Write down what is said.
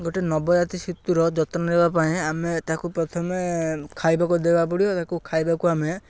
ଗୋଟେ ନବଜାତି ଶିଶୁର ଯତ୍ନ ନେବା ପାଇଁ ଆମେ ତାକୁ ପ୍ରଥମେ ଖାଇବାକୁ ଦେବାକୁ ପଡ଼ିବ ତାକୁ ଖାଇବାକୁ ଆମେ